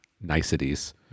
niceties